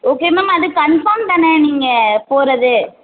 okay ma'am அது confirm தானே நீங்கள் போகிறது